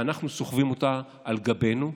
ואנחנו סוחבים אותה על גבנו,